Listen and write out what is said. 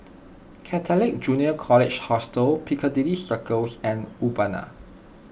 Catholic Junior College Hostel Piccadilly Circus and Urbana